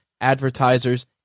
advertisers